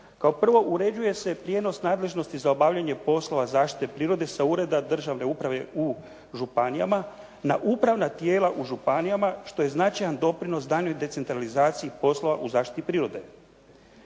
Kao prvo uređuje se prijenos nadležnosti za obavljanje poslova zaštite prirode sa Ureda državne uprave u županijama na upravna tijela u županijama što je značajan doprinos daljnjoj decentralizaciji poslova u zaštiti prirode.